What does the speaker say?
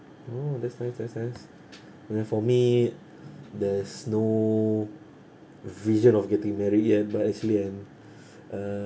oh that's nice that's nice uh for me there's no vision of getting married yet but actually I'm uh